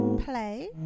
Play